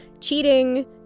cheating